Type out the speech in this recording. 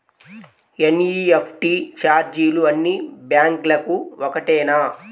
NEFT ఛార్జీలు అన్నీ బ్యాంక్లకూ ఒకటేనా?